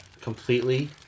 completely